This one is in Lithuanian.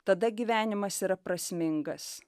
tada gyvenimas yra prasmingas